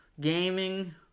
Gaming